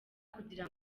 kugira